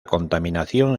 contaminación